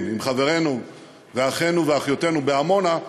עם חברינו ואחינו ואחיותינו בעמונה.